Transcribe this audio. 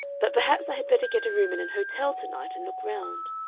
but perhaps i had better get a room in an hotel to-night and look round.